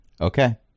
Okay